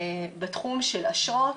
בתחום של אשרות.